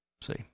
See